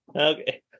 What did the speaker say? Okay